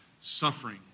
suffering